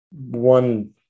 one